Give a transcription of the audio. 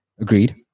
Agreed